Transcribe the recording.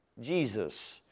Jesus